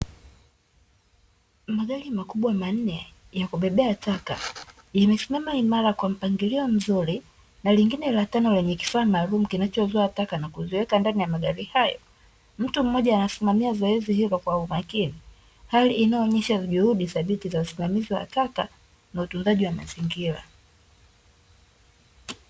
Magari makubwa manne ya kubebea taka, yamesimama imara kwa mpangilio mzuri na lingine la tano lenye kifaa maalumu kinachozoa taka na kuziweka ndani ya magari hayo. Mtu mmoja anasimamia zoezi hilo kwa umakini, hali inayoonyesha juhudi dhabiti za usimamizi wa taka na utunzaji wa mazingira.